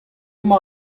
emañ